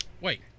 Wait